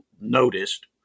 noticed